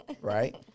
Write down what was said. right